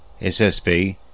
SSB